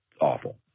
awful